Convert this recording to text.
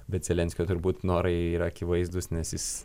bet zelenskio turbūt norai yra akivaizdūs nes jis